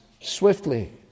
swiftly